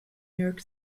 york